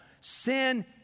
Sin